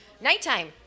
Nighttime